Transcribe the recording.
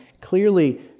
clearly